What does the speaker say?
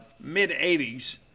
mid-80s